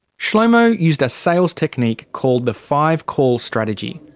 shlomo used a sales technique called the five call strategy.